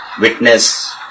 witness